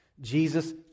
Jesus